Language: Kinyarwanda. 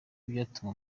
bigatuma